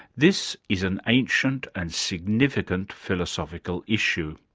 this is an ancient and significant philosophical issue.